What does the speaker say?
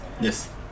Yes